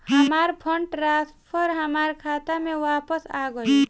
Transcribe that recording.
हमार fund transfer हमार खाता में वापस आ गइल